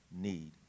need